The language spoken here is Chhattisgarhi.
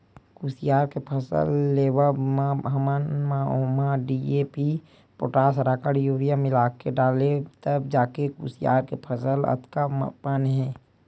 कुसियार के फसल लेवब म हमन ह ओमा डी.ए.पी, पोटास, राखड़, यूरिया मिलाके डालेन तब जाके कुसियार के फसल अतका पन हे